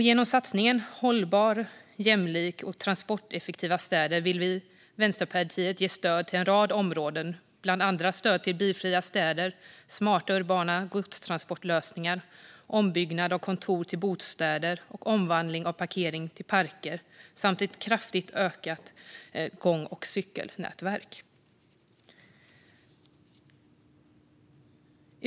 Genom satsningen Hållbara, jämlika och transporteffektiva städer vill vi i Vänsterpartiet ge stöd till en rad områden, bland annat bilfria städer, smarta urbana godstransportlösningar, ombyggnad av kontor till bostäder och omvandling av parkeringar till parker samt ett kraftigt utökat gång och cykelnätverk.